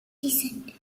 descent